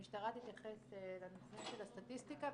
המשטרה תתייחס לנושא של הסטטיסטיקה.